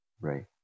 Right